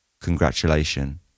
Congratulations